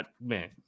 Man